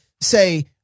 say